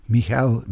Michael